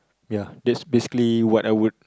ya that's basically what I would